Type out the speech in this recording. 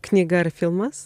knyga ar filmas